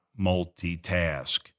multitask